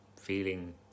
feeling